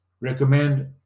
recommend